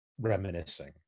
reminiscing